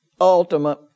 ultimate